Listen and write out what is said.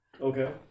Okay